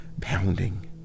pounding